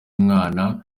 umwana